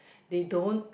they don't